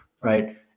right